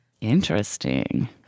Interesting